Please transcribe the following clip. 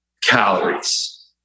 calories